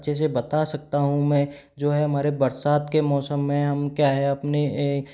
अच्छे से बता सकता हूँ मैं जो है हमारे बरसात के मौसम में हम क्या है अपनी